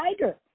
Tiger